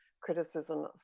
criticism